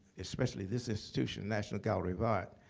especially this institution, national gallery of art.